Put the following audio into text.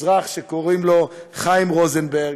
אזרח שקוראים לו חיים רוזנברג,